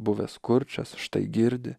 buvęs kurčias štai girdi